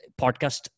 podcast